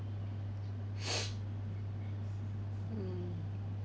mm